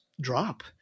drop